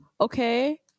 okay